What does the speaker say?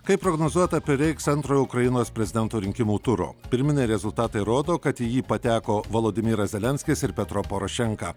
kaip prognozuota prireiks antrojo ukrainos prezidento rinkimų turo pirminiai rezultatai rodo kad į jį pateko vladimiras zelenskis ir petro porošenka